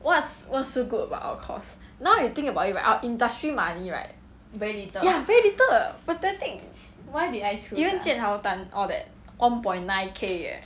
what's what's so good about our course now you think about our industry money right ya very little pathetic even jian hao tan all that one point nine K eh